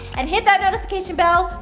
and hit that notification bell.